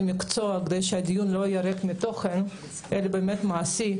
מקצוע כדי שהדיון לא יהיה ריק מתוכן אלא באמת מעשי,